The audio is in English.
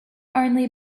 only